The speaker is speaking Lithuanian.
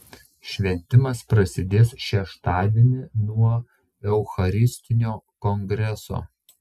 šventimas prasidės šeštadienį nuo eucharistinio kongreso